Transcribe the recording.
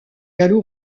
gallo